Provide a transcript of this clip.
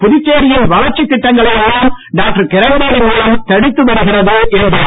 புதுச்சேரியின் வளர்ச்சித் திட்டங்களை எல்லாம் டாக்டர் கிரண்பேடி மூலம் தடுத்து வருகிறது என்றார்